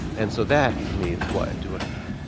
and so that for me is why do what i do